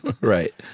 Right